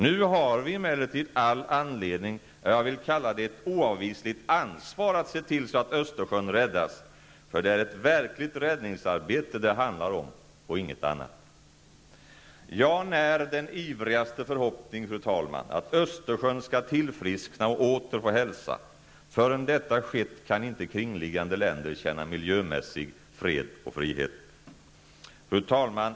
Nu har vi emellertid all anledning, ja, jag vill kalla det ett oavvisligt ansvar, att se till att Östersjön räddas, för det är ett verkligt räddningsarbete det handlar om och inget annat. Jag när den ivrigaste förhoppning, fru talman, att Östersjön skall tillfriskna och återfå hälsan. Innan detta har skett kan inte kringliggande länder känna miljömässig fred och frihet. Fru talman!